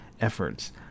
efforts